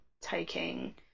taking